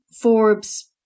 Forbes